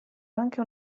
anche